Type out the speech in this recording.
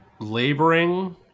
Laboring